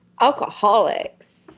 alcoholics